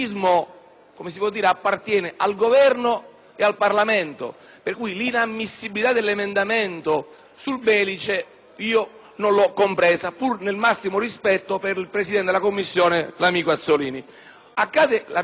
sul Belice, pur nel massimo rispetto per il presidente della Commissione, l’amico Azzollini. Accade ora la medesima cosa: estato ammesso l’emendamento 2.468 ed e stato giudicato inammissibile il 2.467,